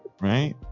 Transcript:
Right